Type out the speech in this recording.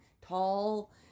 tall